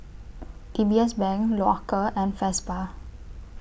D B S Bank Loacker and Vespa